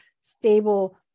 stable